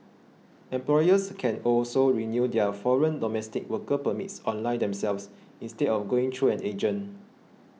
employers can also renew their foreign domestic worker permits online themselves instead of going through an agent